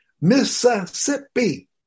Mississippi